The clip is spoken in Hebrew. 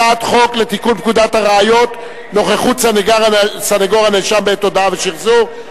הצעת חוק לתיקון פקודת הראיות (נוכחות סניגור הנאשם בעת הודיה ושחזור).